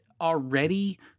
Already